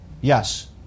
Yes